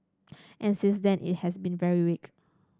and since then it has been very weak